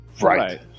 Right